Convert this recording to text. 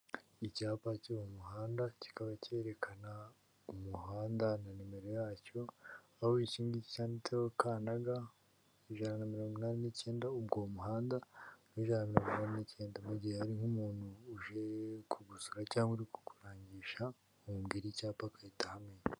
Icyapa cy'uwo muhanda, kikaba cyerekana umuhanda na numero yacyo, aho ikingiki, cyanditseho ka na ga, ijana na mirongo inani n'icyenda, ubwo uwo muhanda ni uw'ijana na mirongo inani n'icyenda, mu gihe hari nk'umuntu uje kugusura cyangwa ari nko kurangisha wamubwira icyapa agahita ahamenya.